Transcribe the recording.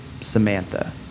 Samantha